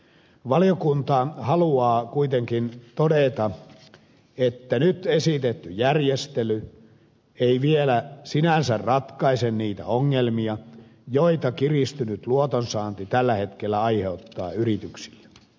valiokunta haluaa kuitenkin todeta että nyt esitetty järjestely ei vielä sinänsä ratkaise niitä ongelmia joita kiristynyt luotonsaanti tällä hetkellä aiheuttaa yrityksille